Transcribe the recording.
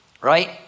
right